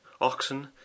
oxen